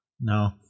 No